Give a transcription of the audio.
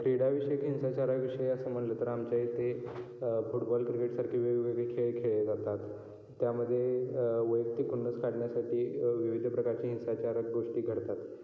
क्रीडाविषयी हिंसाचाराविषयी असं म्हणलं तर आमच्या इथे फुटबॉल क्रिकेटसारखे वेगवेगळे खेळ खेळले जातात त्यामध्ये वैयक्तिक खुन्नस काढण्यासाठी विविध प्रकारची हिंसाचारक गोष्टी घडतात